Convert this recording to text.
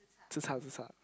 tze-char tze-char